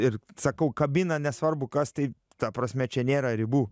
ir sakau kabina nesvarbu kas tai ta prasme čia nėra ribų